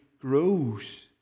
grows